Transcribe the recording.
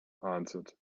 answered